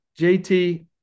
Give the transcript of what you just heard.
jt